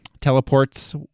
teleports